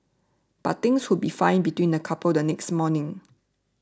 but things would be fine between the couple the next morning